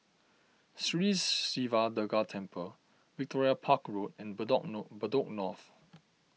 Sri Siva Durga Temple Victoria Park Road and Bedok nor Bedok North